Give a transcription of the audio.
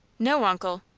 no, uncle.